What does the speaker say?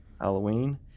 Halloween